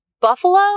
Buffalo